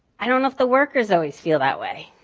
i don't know if the workers always feel that way.